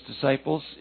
disciples